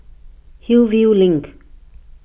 Hillview Link